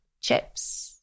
chips